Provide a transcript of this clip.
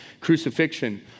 crucifixion